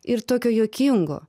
ir tokio juokingo